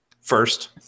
First